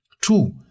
Two